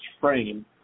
frame